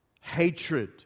hatred